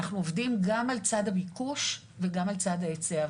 אנחנו עובדים גם על צד הביקוש, וגם על צד ההיצע.